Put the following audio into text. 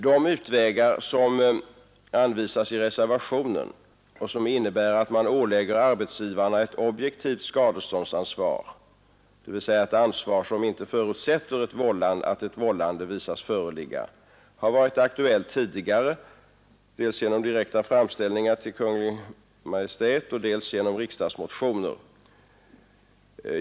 De utvägar som anvisas i reservationen och som innebär att man ålägger arbetsgivarna ett objektivt skadeståndsansvar, dvs. ett ansvar som inte förutsätter att ett vållande visas föreligga, har varit aktuella tidigare dels genom direkta framställningar till Kungl. Maj:t, dels genom riksdagsmotioner.